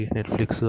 Netflix